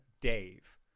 Dave